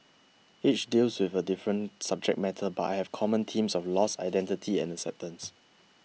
each deals with a different subject matter but have common themes of loss identity and acceptance